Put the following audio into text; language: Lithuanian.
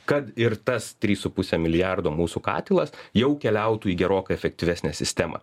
kad ir tas trys su puse milijardo mūsų katilas jau keliautų į gerokai efektyvesnę sistemą